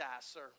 sir